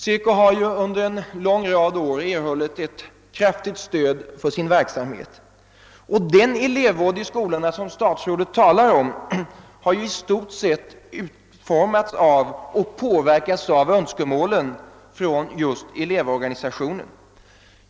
SECO har ju under en lång rad år erhållit ett kraftigt stöd för sin verksamhet. Den elevvård i skolorna som herr statsrådet talar om har i stort sett påverkats och utformats av önskemålen från elevorganisationen.